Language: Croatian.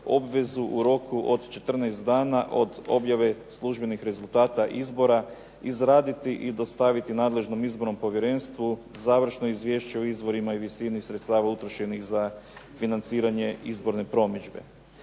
u roku od 14 dana od objave službenih rezultata izbora izraditi i dostaviti nadležnom izbornom povjerenstvu završno izvješće o izvorima i visini sredstava utrošenih za financiranje izborne promidžbe.